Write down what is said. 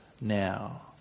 now